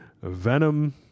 venom